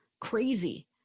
Crazy